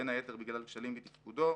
בין היתר בגלל כשלים בתפקודו.